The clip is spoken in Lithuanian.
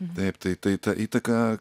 taip tai tai ta įtaka